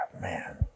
man